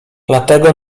dlatego